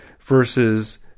versus